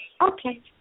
Okay